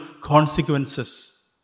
consequences